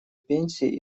пенсии